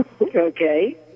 okay